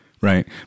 right